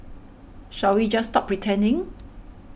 shall we just stop pretending